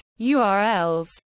URLs